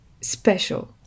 special